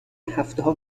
هفتهها